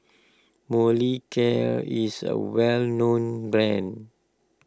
Molicare is a well known brand